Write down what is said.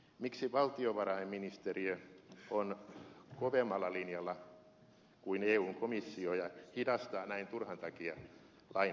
miksi valtiovarainministeriö on kovemmalla linjalla kuin eun komissio ja hidastaa näin turhan takia lain etenemistä